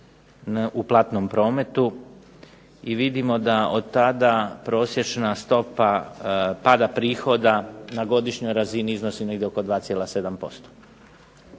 u platnom prometu, i vidimo da otada prosječna stopa pada prihoda na godišnjoj razini iznosi negdje oko 2,7%.